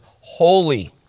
holy